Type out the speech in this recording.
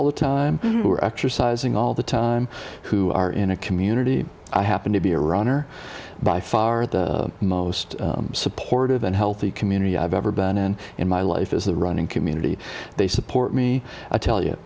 all the time we were exercising all the time who are in a community i happen to be a runner by far the most supportive and healthy community i've ever been in in my life is the running community they support me i tell y